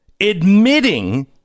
Admitting